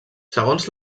segons